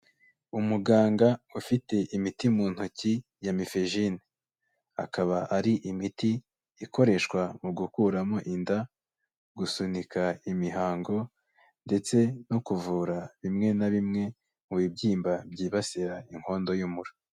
Umuganga ufite imiti mu ntoki ya mifergyne. Akaba ari imiti ikoreshwa mu gukuramo inda, gusunika imihango, ndetse no kuvura bimwe na bimwe mu bibyimba byibasira inkondo y'umura.